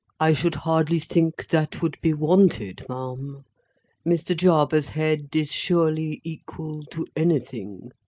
i should hardly think that would be wanted, ma'am mr. jarber's head is surely equal to anything.